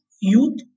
youth